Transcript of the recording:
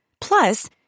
Plus